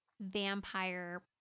vampire